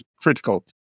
critical